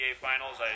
Finals